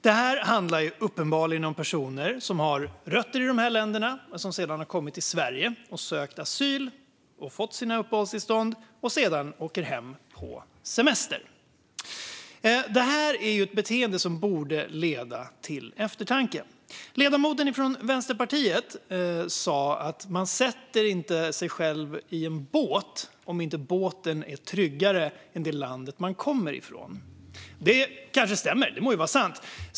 Det handlar uppenbarligen om personer som har rötter i de här länderna, som har kommit till Sverige och sökt asyl, som har fått sina uppehållstillstånd och som sedan åker hem på semester. Detta är ett beteende som borde leda till eftertanke. Ledamoten från Vänsterpartiet sa att man inte sätter sig själv i en båt om inte båten är tryggare än det land man kommer ifrån. Det kanske stämmer. Det må vara sant.